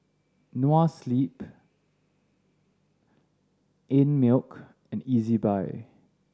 Noa Sleep Einmilk and Ezbuy